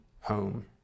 home